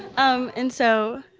um and so